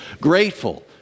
grateful